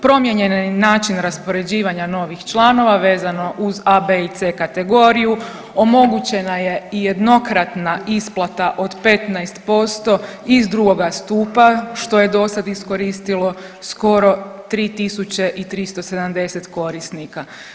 Promijenjen je način raspoređivanja novih članova, vezano uz a, b i c kategoriju, omogućena i jednokratna isplata od 15% iz drugoga stupa, što je dosad iskoristilo skoro 3370 korisnika.